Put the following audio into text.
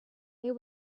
they